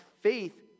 faith